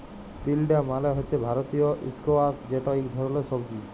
তিলডা মালে হছে ভারতীয় ইস্কয়াশ যেট ইক ধরলের সবজি